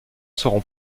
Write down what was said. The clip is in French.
seront